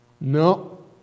No